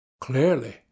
clearly